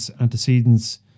antecedents